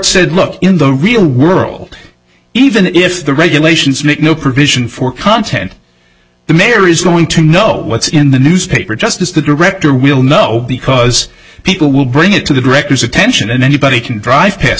said look in the real world even if the regulations make no provision for content the mayor is going to know what's in the newspaper just as the director will know because people will bring it to the director's attention and anybody can drive past